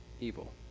evil